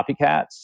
copycats